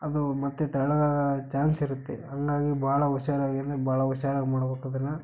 ಅದು ಮತ್ತೆ ತಳ ಚಾನ್ಸ್ ಇರುತ್ತೆ ಹಂಗಾಗಿ ಭಾಳ ಹುಷಾರಾಗಿ ಅಂದರೆ ಭಾಳ ಹುಷಾರಾಗಿ ಮಾಡ್ಬೇಕ್ ಅದನ್ನು